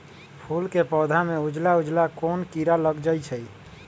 फूल के पौधा में उजला उजला कोन किरा लग जई छइ?